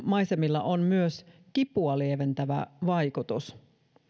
maisemilla on myös kipua lieventävä vaikutus